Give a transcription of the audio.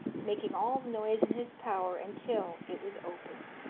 making all the noise in his power until it was opened.